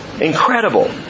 Incredible